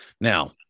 Now